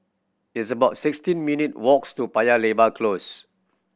it's about sixteen minute walks' to Paya Lebar Close